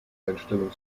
einstellung